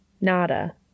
nada